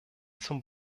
zum